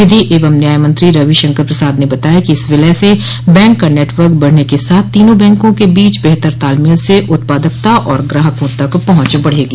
विधि एवं न्याय मंत्री रवि शंकर प्रसाद ने बताया कि इस विलय से बैंक का नेटवर्क बढ़ने के साथ तीनों बैंकों के बीच बेहतर तालमेल से उत्पादकता और ग्राहकों तक पहुंच बढ़ेगी